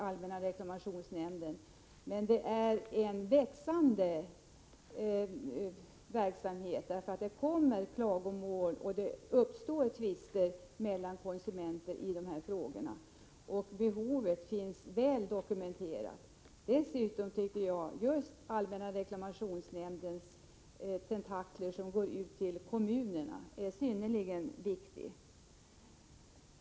Allmänna reklamationsnämndens verksamhet är faktiskt inte ny, men det är en växande verksamhet. Det kommer många klagomål och det uppstår tvister mellan konsumenter i dessa frågor. Behovet finns väl dokumenterat. Dessutom tycker jag att det är synnerligen viktigt att allmänna reklamationsnämndens tentakler når ut till kommunerna.